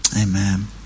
Amen